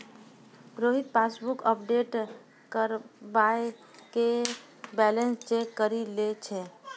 Rohit passbook update करबाय के balance check करि लै छै